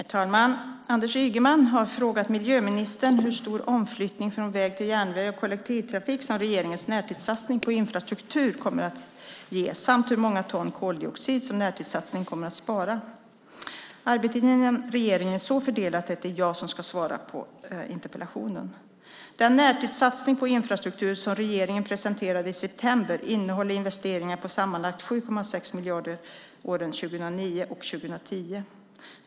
Herr talman! Anders Ygeman har frågat miljöministern hur stor omflyttning från väg till järnväg och kollektivtrafik som regeringens närtidssatsning på infrastruktur kommer att ge samt hur många ton koldioxid som närtidssatsningen kommer att spara. Arbetet inom regeringen är så fördelat att det är jag som ska svara på interpellationen. Den närtidssatsning på infrastrukturen som regeringen presenterade i september innehåller investeringar på sammanlagt 7,6 miljarder kronor åren 2009 och 2010.